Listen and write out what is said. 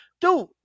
Dude